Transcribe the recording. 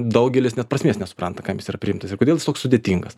daugelis net prasmės nesupranta kam yra priimtas ir kodėl jis toks sudėtingas